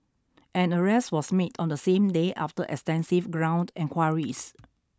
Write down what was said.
an arrest was made on the same day after extensive ground enquiries